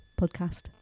Podcast